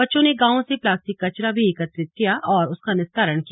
बच्चों ने गांव से प्लास्टिक कचरा भी एकत्र किया और उसका निस्तारण किया